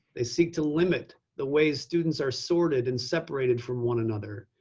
they seek to limit the ways students are sorted and separated from one another.